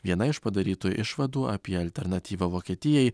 viena iš padarytų išvadų apie alternatyvą vokietijai